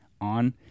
on